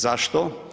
Zašto?